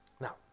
Now